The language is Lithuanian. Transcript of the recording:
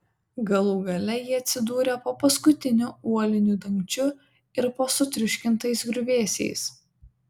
galų gale jie atsidūrė po paskutiniu uoliniu dangčiu ir po sutriuškintais griuvėsiais